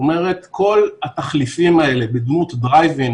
זאת אומרת כל התחליפים האלה בדמות דרייב אין,